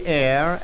air